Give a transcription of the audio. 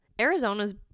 arizona's